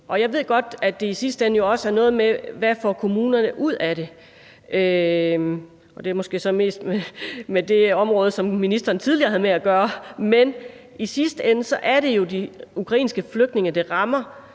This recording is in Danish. Jeg ved godt, at det i sidste ende jo også har noget at gøre med, hvad kommunerne får ud af det – det er så måske mest på det område, som ministeren tidligere havde med at gøre – men i sidste ende er det jo de ukrainske flygtninge, det rammer.